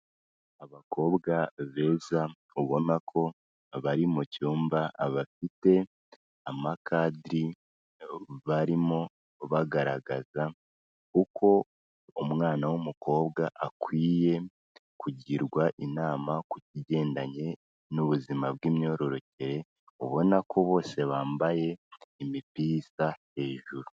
Abakobwa beza, ubona ko bari mu cyumba abafite amakadiri barimo bagaragaza uko umwana w'umukobwa akwiye kugirwa inama ku kigendanye n'ubuzima bw'imyororokere, ubona ko bose bambaye imipira isa hejuru.